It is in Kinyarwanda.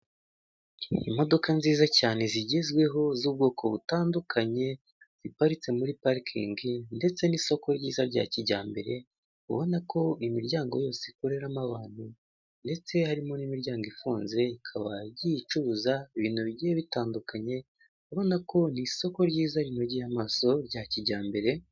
imodoka nziza cyane zigezweho z'ubwoko butandukanye ziparitse muri parikingi ndetse n'isoko ryiza za kijyambere ,ubona ko imiryango yose ikoreramo abantu ndetse harimo n'imiryango ifunze ikaba igiye icuruza ibintu bigiye bitandukanye ,ubona ko ni isoko ryiza rinogeye amaso rya kijyambere.